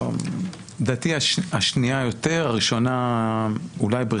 לדעתי, השנייה יותר, הראשונה פחות.